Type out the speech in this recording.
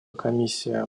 комиссия